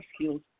skills